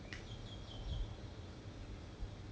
it's the unknown lor like 现在不知道